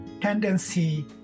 tendency